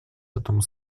этому